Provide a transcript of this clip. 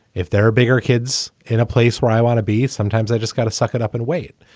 if there are bigger kids in a place where i want to be. sometimes i just gotta suck it up and wait.